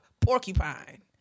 porcupine